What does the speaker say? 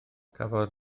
cafodd